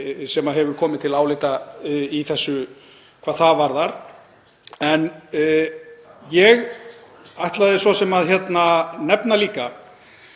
sem hefur komið til álita hvað það varðar. Ég ætlaði svo sem að nefna líka,